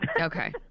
Okay